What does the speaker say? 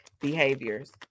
behaviors